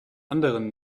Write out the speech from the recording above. anderen